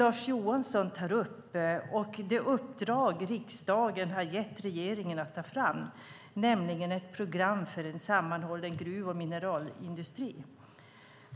Lars Johansson tar upp det uppdrag som riksdagen har gett regeringen, nämligen att ta fram ett program för en sammanhållen gruv och mineralindustri.